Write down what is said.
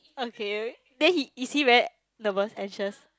okay then he is he very nervous anxious